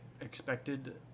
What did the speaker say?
expected